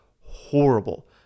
horrible